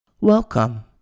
Welcome